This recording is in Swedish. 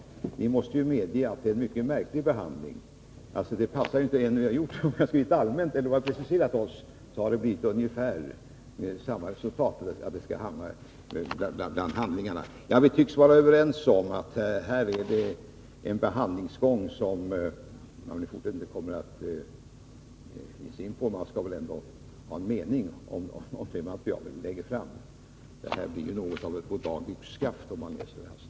Kammarens ledamöter måste medge att det är en mycket märklig behandling. Det passar inte hur vi än har gjort. Oavsett om vi presterat en allmänt hållen skrivning eller preciserat oss, har det blivit ungefär samma resultat. Våra förslag hamnar bland handlingarna. Vi tycks dock vara överens om att man i fortsättningen inte skall ha denna behandlingsgång. Utskottet skall väl ha en mening om det material som vi lägger fram. Förfar man på det här sättet, blir det något av ett goddag-yxskaft.